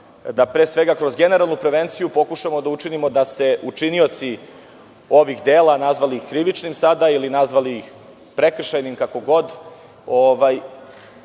ja shvatio, kroz generalnu prevenciju da pokušamo da učinimo da se učinioci ovih dela, nazvali ih krivičnim sada, ili nazvali iz prekršajnim, udalje od